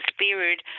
spirit